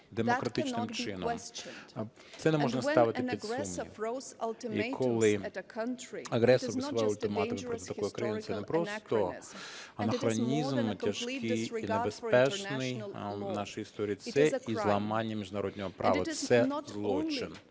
Це не можна ставити під сумнів. І коли агресор висуває ультиматуми проти такої країни – це не просто анахронізм тяжкий і небезпечний нашої історії, це і зламання міжнародного права, це злочин,